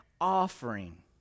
offering